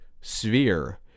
sphere